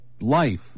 Life